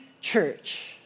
church